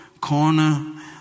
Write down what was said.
corner